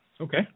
Okay